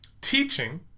Teaching